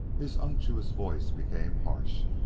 his unctuous voice became harsh.